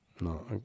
no